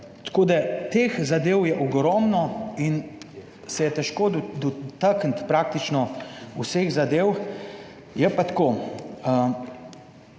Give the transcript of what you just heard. Tako je teh zadev ogromno in se je težko dotakniti praktično vseh zadev. Je pa tako,